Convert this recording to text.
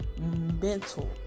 mental